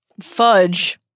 Fudge